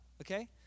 Okay